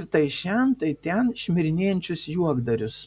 ir tai šen tai ten šmirinėjančius juokdarius